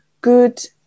good